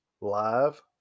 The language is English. live